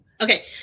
Okay